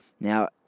Now